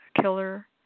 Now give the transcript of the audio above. Killer